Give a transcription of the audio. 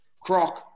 Croc